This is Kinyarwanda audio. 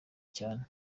cyane